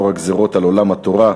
לאור הגזירות על עולם התורה,